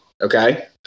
okay